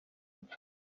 mfashe